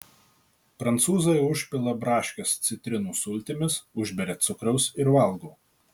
prancūzai užpila braškes citrinų sultimis užberia cukraus ir valgo